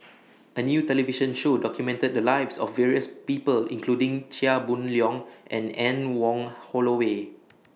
A New television Show documented The Lives of various People including Chia Boon Leong and Anne Wong Holloway